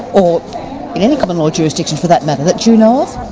or in any commonwealth jurisdiction for that matter that you know of?